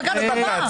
בג"ץ קבע.